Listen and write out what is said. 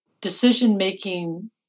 decision-making